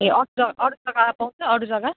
ए अरू जग्गा अरू जग्गा पाउँछ अरू जग्गा